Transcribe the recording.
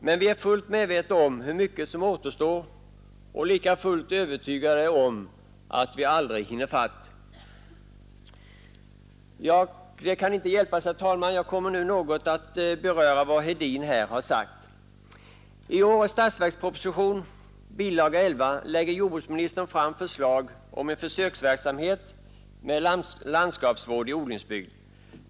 Men vi är medvetna om att mycket återstår att göra, och vi är lika fullt övertygade om att vi aldrig hinner i fatt. Herr talman! Det kan inte hjälpas att jag nu kommer att beröra en del av det som herr Hedin sagt. I årets statsverksproposition, bilaga 11, lägger jordbruksministern fram förslag om en försöksverksamhet med landskapsvård i odlingsbygd.